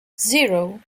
zero